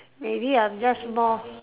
maybe I'm just more